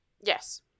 Yes